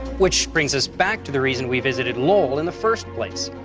which brings us back to the reason we visited lowell in the first place.